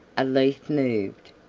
a leaf moved.